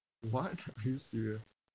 what are you serious